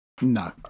No